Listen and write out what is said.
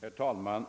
Herr talman!